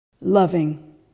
Loving